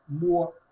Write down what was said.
more